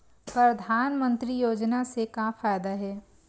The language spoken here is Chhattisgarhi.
परधानमंतरी योजना से का फ़ायदा हे?